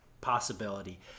possibility